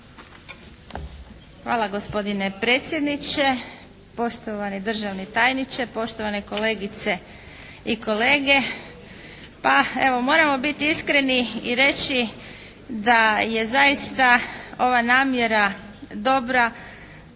Hvala gospodine predsjedniče. Poštovani državni tajniče, poštovane kolegice i kolege. Pa evo moramo biti iskreni i reći da je zaista ova namjera dobra